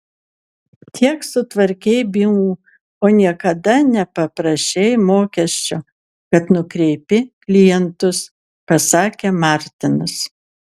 tiek sutvarkei bylų o niekada nepaprašei mokesčio kad nukreipi klientus pasakė martinas